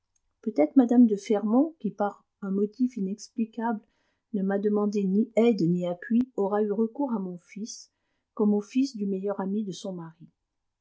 peut-être mme de fermont qui par un motif inexplicable ne m'a demandé ni aide ni appui aura eu recours à mon fils comme au fils du meilleur ami de son mari